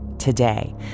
Today